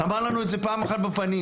אמר לנו את זה פעם אחת בפנים.